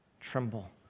tremble